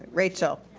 rachael.